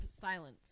silence